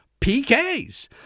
PKs